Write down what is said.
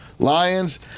Lions